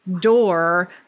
door